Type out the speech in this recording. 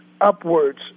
upwards